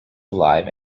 alive